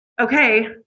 Okay